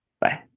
bye